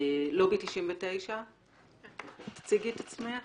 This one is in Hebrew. נציגת לובי 99 אנא הציגי את עצמך.